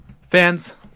fans